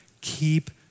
Keep